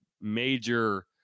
major